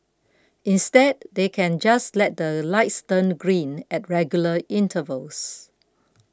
instead they can just let the lights turn green at regular intervals